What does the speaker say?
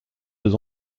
deux